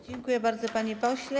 Dziękuję bardzo, panie pośle.